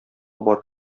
барып